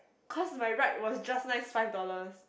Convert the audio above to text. cause my ride was just nice five dollar